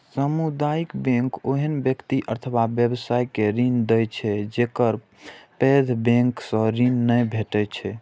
सामुदायिक बैंक ओहन व्यक्ति अथवा व्यवसाय के ऋण दै छै, जेकरा पैघ बैंक सं ऋण नै भेटै छै